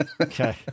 okay